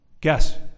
Guess